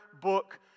book